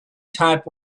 type